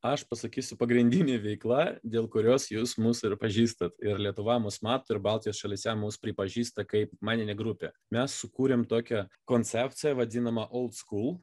aš pasakysiu pagrindinė veikla dėl kurios jūs mus ir pažįstat ir lietuva mus mato ir baltijos šalyse mum pripažįsta kaip meninę grupę mes sukūrėm tokią koncepciją vadinamą old skūl